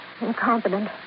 incompetent